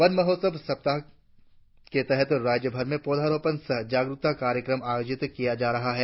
one महोत्सव सप्ताह के तहत राज्यभर में पौधारोपण सह जागरुकत कार्यक्रम आयोजित किए जा रहे है